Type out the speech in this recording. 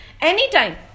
anytime